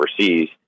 overseas